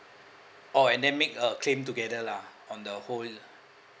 oh and then make a claim together lah on the whole